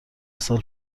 سال